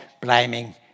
blaming